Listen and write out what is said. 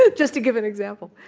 ah just to give an example.